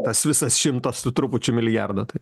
tas visas šimtas su trupučiu milijardo tai